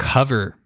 Cover